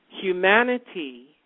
humanity